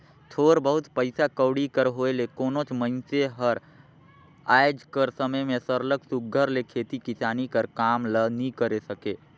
थोर बहुत पइसा कउड़ी कर होए ले कोनोच मइनसे हर आएज कर समे में सरलग सुग्घर ले खेती किसानी कर काम ल नी करे सके